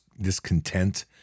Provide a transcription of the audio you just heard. discontent